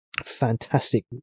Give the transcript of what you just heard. fantastic